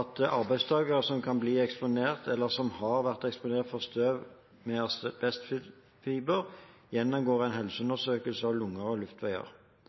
at arbeidstakere som kan bli eksponert eller har vært eksponert for støv med asbestfiber, gjennomgår en helseundersøkelse av lunger og luftveier.